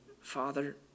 Father